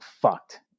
fucked